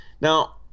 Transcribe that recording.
Now